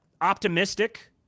optimistic